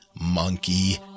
monkey